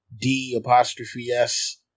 D-apostrophe-S